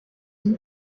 dem